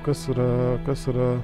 kas yra kas yra